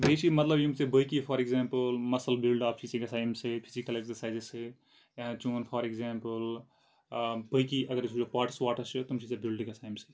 بیٚیہِ چھِ مطلب یِم ژےٚ باقٕے فار اٮ۪کزامپُل مَسٕل بلڑ اپ چھِ گژھان اَمہِ سۭتۍ فِزِیکل اٮ۪کزارسایزِ سۭتۍ یا چون فاراٮ۪کزامپُل باقٕے اَگر أسۍ وُچھو پاٹٕس واٹٕس چھِ تِم چھی ژےٚ بلڑٕ گژھان اَمہِ سۭتۍ